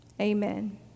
Amen